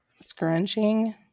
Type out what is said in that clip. Scrunching